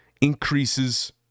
increases